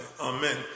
Amen